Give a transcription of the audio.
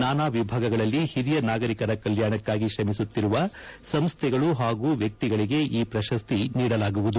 ನಾನಾ ವಿಭಾಗಗಳಲ್ಲಿ ಹಿರಿಯ ನಾಗರಿಕರ ಕಲ್ನಾಣಕ್ನಾಗಿ ಶ್ರಮಿಸುತ್ತಿರುವ ಸಂಸ್ನೆಗಳು ಹಾಗೂ ವ್ಯಕ್ತಿಗಳಿಗೆ ಈ ಪ್ರಶಸ್ತಿ ನೀಡಲಾಗುವುದು